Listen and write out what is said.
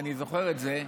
אני זוכר את זה,